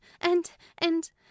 and—and—